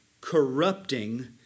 corrupting